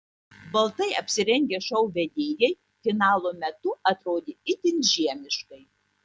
baltai apsirengę šou vedėjai finalo metu atrodė itin žiemiškai